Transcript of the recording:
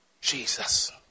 Jesus